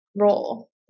role